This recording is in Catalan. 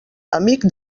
amic